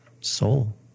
Soul